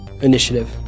initiative